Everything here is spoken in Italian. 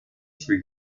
sui